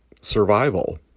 survival